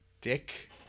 dick